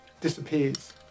disappears